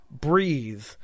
breathe